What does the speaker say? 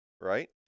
Right